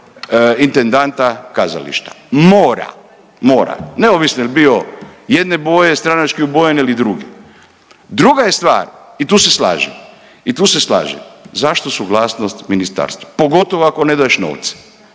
intendanta kazališta, mora, mora, neovisno jel bio jedne boje stranački obojen ili druge. Druga je stvar i tu se slažem, i tu se slažem, zašto suglasnost ministarstva pogotovo ako ne daješ novce,